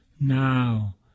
now